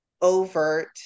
overt